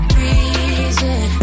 reason